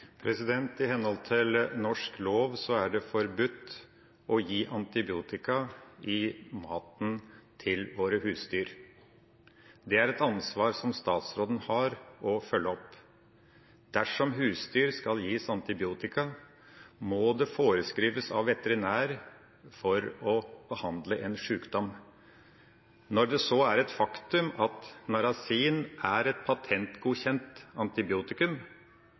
I henhold til norsk lov er det forbudt å gi antibiotika i maten til våre husdyr. Det er et ansvar som statsråden har å følge opp. Dersom husdyr skal gis antibiotika, må det foreskrives av veterinær for å behandle en sjukdom. Når det så er et faktum at narasin er et patentgodkjent antibiotikum,